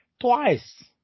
twice